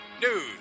news